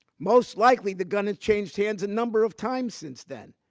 most likely the gun had changed hands a number of times since then,